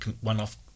one-off